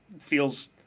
feels